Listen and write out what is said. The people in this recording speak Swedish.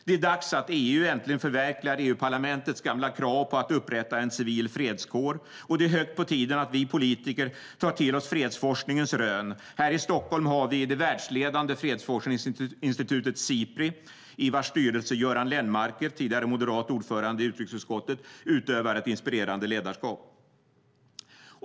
Det är dags att EU äntligen förverkligar EU-parlamentets gamla krav på att upprätta en civil fredskår. Det är på tiden att vi politiker tar till oss fredsforskningens rön. Här i Stockholm har vi det världsledande fredsforskningsinstitutet Sipri i vars styrelse Göran Lennmarker, tidigare moderat ordförande i utrikesutskottet, utövar ett inspirerande ledarskap.